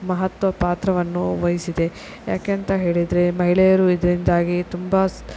ಮಹತ್ವ ಪಾತ್ರವನ್ನು ವಹಿಸಿದೆ ಯಾಕೇಂತ ಹೇಳಿದರೆ ಮಹಿಳೆಯರು ಇದರಿಂದಾಗಿ ತುಂಬ